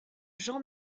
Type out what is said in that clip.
jean